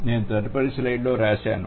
నేను తదుపరి స్లైడ్ లో రాశాను